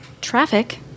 traffic